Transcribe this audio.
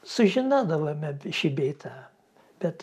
sužinodavome šį bei tą bet